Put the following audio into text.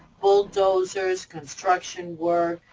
bulldozers, construction work,